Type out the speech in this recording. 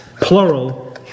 plural